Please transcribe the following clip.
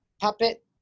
puppet